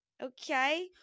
Okay